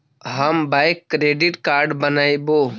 हम bank credit card बनैवो?